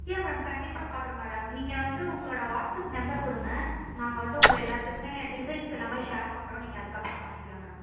யா ma'am கண்டிப்பாக காட்டுறோம் madam நீங்கள் வந்து உங்களோடய வாட்ஸப் நம்பர் கொடுங்க நாங்கள் வந்து உங்கள் எல்லாத்துக்குமே டிசைன்ஸ் எல்லாமே ஷேர் பண்ணுறோம் நீங்கள் அதுக்கப்புறம் வாங்க்கிலாம் மேடம்